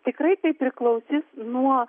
tikrai tai priklausys nuo